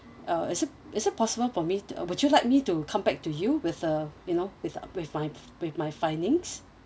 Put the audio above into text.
uh it's it's possible for me uh would you like me to come back to you with uh you know with uh with my with my findings